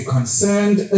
Concerned